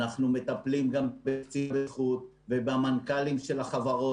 אנחנו מטפלים גם בקציני בטיחות ובמנכ"לים של החברות,